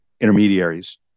intermediaries